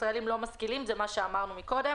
ישראלים לא משכילים זה מה שאמרנו קודם